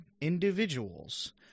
individuals